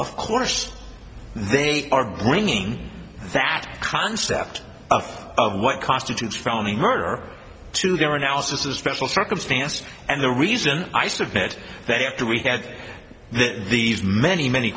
of course they are bringing that concept of what constitutes felony murder to their analysis of special circumstance and the reason i submit that after we had these many many